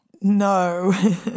No